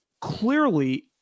clearly